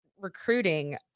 Recruiting